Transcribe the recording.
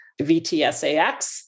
VTSAX